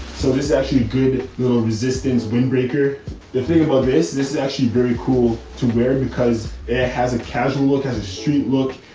so this is actually good little resistance windbreaker. the thing about this, this is actually very cool to wear because it has a casual look, has a street look,